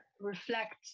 reflect